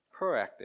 proactive